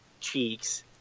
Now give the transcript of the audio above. cheeks